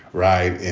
right? and